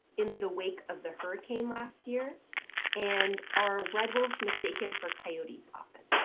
in the wake of the hurricane last year and are red wolves mistaken for coyotes often?